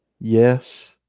Yes